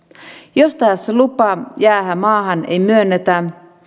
jos taas lupaa jäädä maahan ei myönnetä